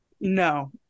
no